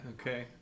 Okay